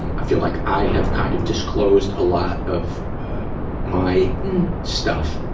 and i feel like i have kind of disclosed a lot of my stuff.